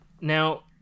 now